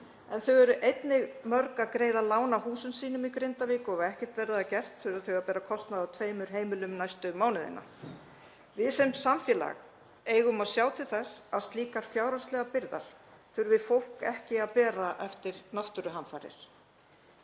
En þau eru einnig mörg að greiða af lánum á húsum sínum í Grindavík og ef ekkert verður að gert þurfa þau að bera kostnað af tveimur heimilum næstu mánuðina. Við sem samfélag eigum að sjá til þess að slíkar fjárhagslegar byrðar þurfi fólk ekki að bera eftir náttúruhamfarir.